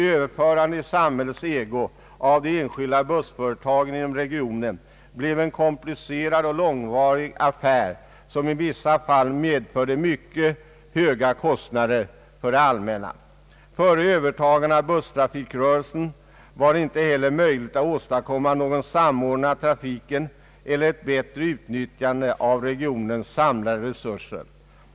Överförandet i samhällets ägo av de enskilda bussföretagen inom regionen blev en komplicerad och långvarig affär, som i vissa fall medförde mycket höga kostnader för det allmänna. Före övertagandet av busstrafikrörelserna var det heller inte möjligt att åstadkomma någon samordning av trafiken eller ett bättre utnyttjande av regionens samlade resurser.